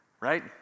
right